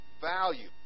value